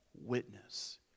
witness